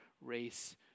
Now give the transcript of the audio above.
race